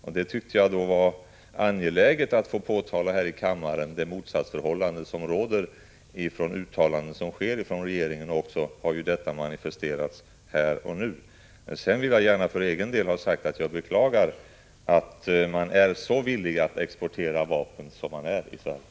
Jag tyckte det var angeläget att här i kammaren påtala det motsatsförhållande som råder i uttalandena från regeringen, vilket ju har manifesterats här och nu. För egen del vill jag gärna ha sagt att jag beklagar att man är så villig att exportera vapen som man är i Sverige.